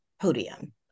podium